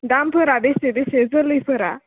दाम फोरा बेसे बेसे जोलै फोरा